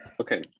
okay